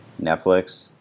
Netflix